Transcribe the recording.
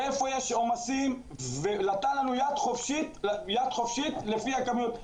איזה צרכים יש לנו והיכן יש עומסים ונתן לנו יד חופשית לפי הכמויות.